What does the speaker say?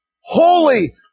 Holy